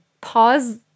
pause